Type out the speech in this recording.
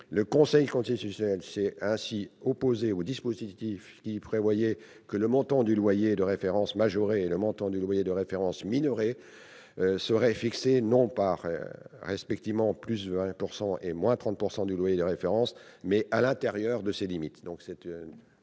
Le Conseil constitutionnel s'est ainsi opposé au dispositif prévoyant que le montant du loyer de référence majoré et celui du loyer de référence minoré seraient fixés, non pas respectivement à +20 % et-30 % du loyer de référence, mais à l'intérieur de ces limites.